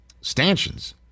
stanchions